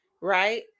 Right